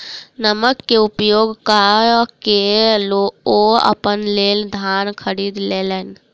नकद के उपयोग कअ के ओ अपना लेल धान खरीद लेलैन